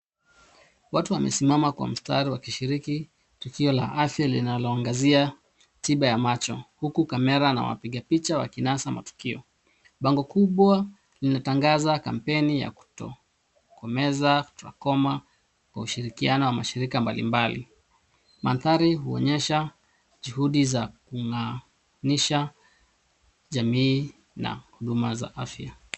Watu wamesimama kwa mstari wakishiriki tukio la afya linaloangazia tiba ya macho huku kamera na wapigapicha wakinasa matukio. Bango kubwa linatangaza kampeni za kutokomeza trakoma kwa ushirikiano wa mashirika mbalimbali. Mandhari huonyesha juhudi za kuunganisha jamii na huduma za afya.